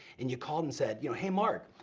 and you called and said, y'know, hey, mark,